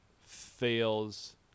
fails